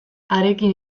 harekin